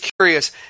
curious